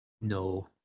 no